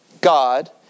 God